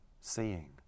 seeing